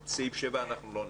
ואת סעיף 7 אנחנו לא נגבה.